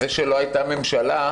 זה שלא הייתה ממשלה,